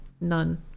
none